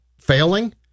failing